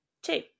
Two